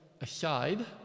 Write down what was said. aside